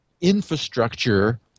infrastructure